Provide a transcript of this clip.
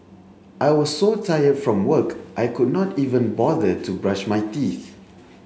I was so tired from work I could not even bother to brush my teeth